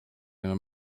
võime